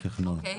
אקריא.